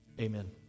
amen